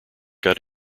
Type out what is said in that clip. got